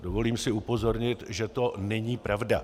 Dovolím si upozornit, že to není pravda.